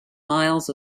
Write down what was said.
miles